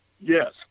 Yes